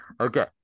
Okay